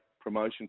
promotion